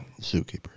Zookeeper